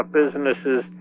businesses